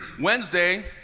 Wednesday